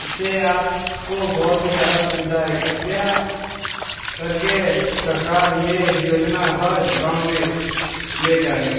इससे आपको बहुत ही ज्यादा सुविधा है कृपया करके सरकार ये योजना हर गाँव में ले जाए